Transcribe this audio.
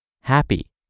happy